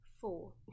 four